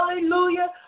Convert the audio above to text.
hallelujah